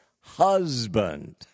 husband